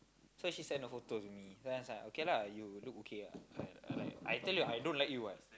so she send the photo to me then I was like okay lah you look okay ah I I like I tell you I don't like you what